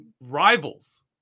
rivals